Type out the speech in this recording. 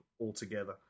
altogether